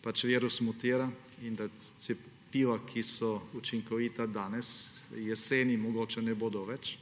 da virus mutira, in da cepiva, ki so učinkovita danes, jeseni mogoče ne bodo več.